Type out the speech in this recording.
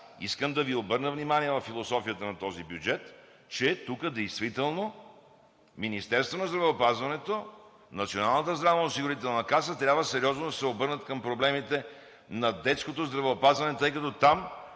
искам да Ви обърна внимание на философията на този бюджет, че тук действително Министерството на здравеопазването и Националната здравноосигурителна каса трябва сериозно да се обърнат към проблемите на детското здравеопазване, тъй като там…